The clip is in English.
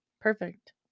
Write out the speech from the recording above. Perfect